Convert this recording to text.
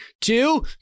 two